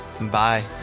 bye